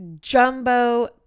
jumbo